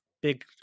big